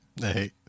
Hey